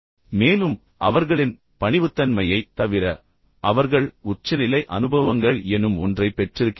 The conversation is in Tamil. மேலும் அவர்களின் பணிவுத்தன்மையை தவிர அவர்கள் உச்சநிலை அனுபவங்கள் எனும் ஒன்றை பெற்றிருக்கிறார்கள்